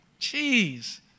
Jeez